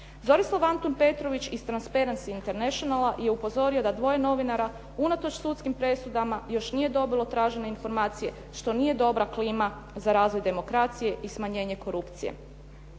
Zorislav Antun Petrović iz Transparents Internationala je upozorio da dvoje novinara unatoč sudskim presudama još nije dobilo tražene informacije što nije dobra klima za razvoj demokracije i smanjenje korupcije.